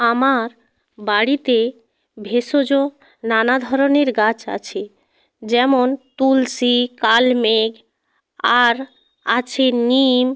আমার বাড়িতে ভেষজ নানা ধরনের গাছ আছে যেমন তুলসী কালমেঘ আর আছে নিম